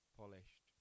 polished